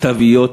תוויות,